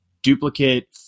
duplicate